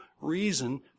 reason